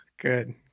Good